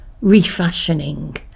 refashioning